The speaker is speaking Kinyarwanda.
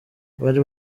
bari